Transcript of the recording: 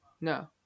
No